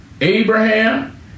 Abraham